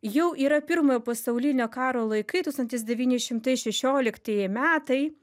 jau yra pirmojo pasaulinio karo laikai tūkstantis devyni šimtai šešioliktieji metai